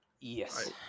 Yes